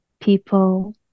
people